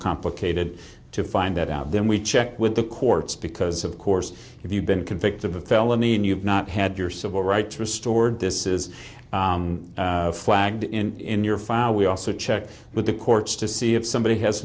complicated to find that out then we've checked with the courts because of course if you've been convicted of a felony and you've not had your civil rights restored this is flagged in your file we also checked with the courts to see if somebody has